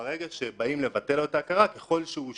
שברגע שבאים לבטל לו את ההכרה, ככל שהוא שילם,